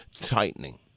tightening